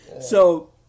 So-